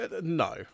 No